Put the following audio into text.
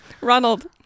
Ronald